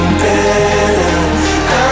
better